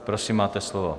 Prosím, máte slovo.